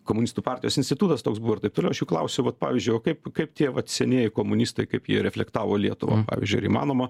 komunistų partijos institutas toks buvo ir taip toliau aš jų klausiu vat pavyzdžiui o kaip kaip tie vat senieji komunistai kaip jie reflektavo lietuvą pavyzdžiui ar įmanoma